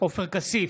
עופר כסיף,